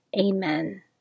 Amen